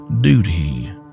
Duty